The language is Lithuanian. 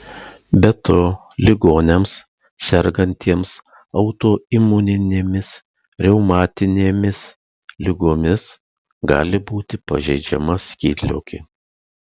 be to ligoniams sergantiems autoimuninėmis reumatinėmis ligomis gali būti pažeidžiama skydliaukė